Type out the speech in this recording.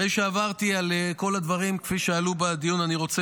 אחרי שעברתי על כל הדברים כפי שעלו בדיון אני רוצה